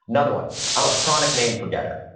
another one, i'm a chronic name forgetter.